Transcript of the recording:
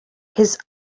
his